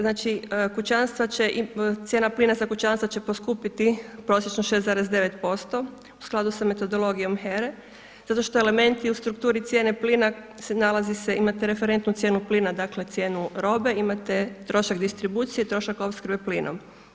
Znači kućanstva će, cijena plina za kućanstva će poskupiti prosječno 6,9% u skladu sa metodologijom HERE zato što elementi u strukturi cijene plina se nalazi se, imate referentnu plina, dakle cijenu robe, imate trošak distribucije, trošak opskrbe plinom.